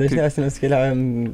dažniausiai mes keliaujam